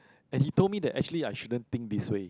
and he told me that actually I shouldn't think this way